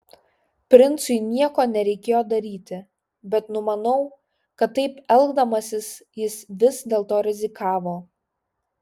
princui nieko nereikėjo daryti bet numanau kad taip elgdamasis jis vis dėlto rizikavo